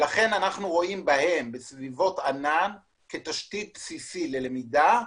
לכן אנחנו רואים בסביבות ענן כתשתית בסיסית ללמידה,